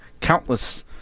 countless